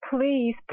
please